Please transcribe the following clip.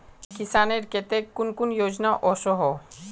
किसानेर केते कुन कुन योजना ओसोहो?